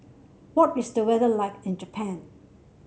what is the weather like in Japan